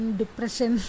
depression